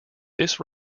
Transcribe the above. this